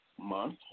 month